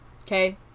okay